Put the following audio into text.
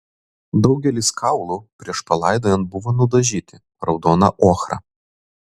daugelis kaulų prieš palaidojant buvo nudažyti raudona ochra